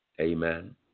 Amen